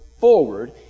forward